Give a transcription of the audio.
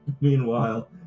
Meanwhile